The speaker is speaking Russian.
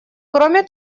кроме